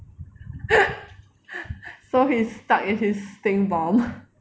so he's stuck in his stink bomb